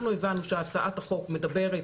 אנחנו הבנו שהצעת החוק מדברת